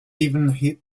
even